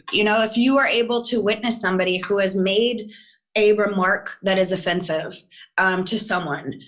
you know? if you are able to witness somebody who has made a remark that is offensive um to someone,